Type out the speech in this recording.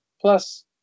Plus